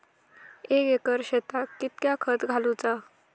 एक एकर शेताक कीतक्या खत घालूचा?